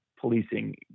policing